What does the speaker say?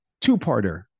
Two-parter